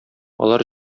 алар